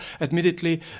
Admittedly